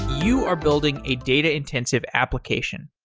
you are building a data-intensive application.